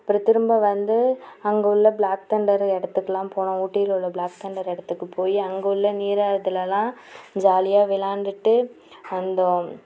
அப்புறம் திரும்ப வந்து அங்கே உள்ள பிளாக் தண்டரு இடத்துக்குலாம் போனோம் ஊட்டியில உள்ள பிளாக் தண்டர் இடத்துக்கு போய் அங்கே உள்ள நீராத்துலலாம் ஜாலியாக விளாண்டுகிட்டு வந்தோம்